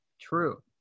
true